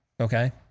okay